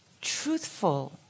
truthful